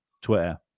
Twitter